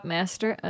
Master